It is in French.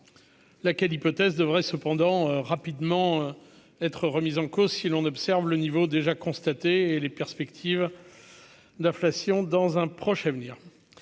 la quelle hypothèse devrait cependant rapidement être remise en cause, si l'on observe le niveau déjà constatés et les perspectives d'inflation dans un proche avenir